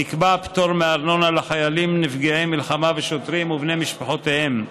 נקבע פטור מארנונה לחיילים נפגעי מלחמה ושוטרים ובני משפחותיהם.